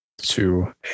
Two